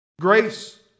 Grace